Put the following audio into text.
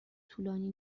طولانی